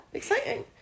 exciting